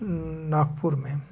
नागपुर में